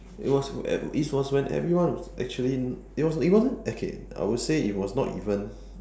it was at it was when everyone actually it was it wasn't okay I would say it was not even